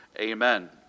Amen